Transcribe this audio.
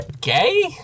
Gay